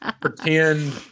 pretend